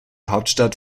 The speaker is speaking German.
hauptstadt